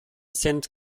sind